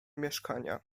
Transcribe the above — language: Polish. mieszkania